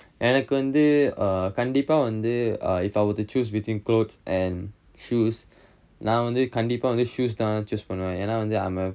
எனக்கு வந்து கண்டிப்பா வந்து:enakku vanthu kandippaa vanthu if I were to choose between clothes and shoes நா வந்து கண்டிப்பா வந்து:naa vanthu kandippaa vanthu shoes தான்:thaan choose பண்ணுவேன் ஏனா வந்து:pannuvaen yaenaa vanthu I am